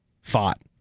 fought